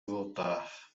voltar